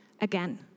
again